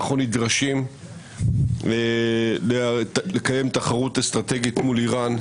אנחנו נדרשים לקיים תחרות אסטרטגית מול אירן,